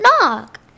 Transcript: knock